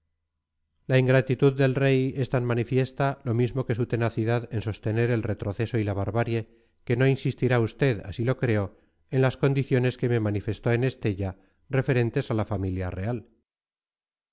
la ingratitud del rey es tan manifiesta lo mismo que su tenacidad en sostener el retroceso y la barbarie que no insistirá usted así lo creo en las condiciones que me manifestó en estella referentes a la familia real